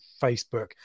facebook